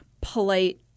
polite